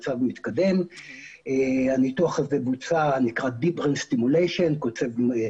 ונציגת ציבור שהיא שופטת בדימוס שאין לה זיקה